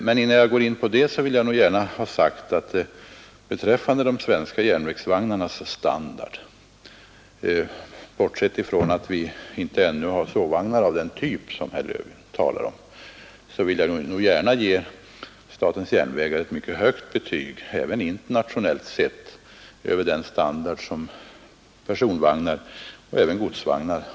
Men innan jag går in på den saken vill jag gärna ha sagt att de svenska järnvägsvagnarnas standard — bortsett från att vi ännu inte har sovvagnar av den typ som herr Löfgren talade om — förtjänar ett mycket högt betyg även vid en internationell jämförelse; det gäller både personvagnar och godsvagnar.